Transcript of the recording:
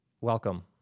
Welcome